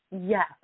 Yes